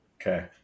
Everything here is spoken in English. Okay